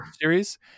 series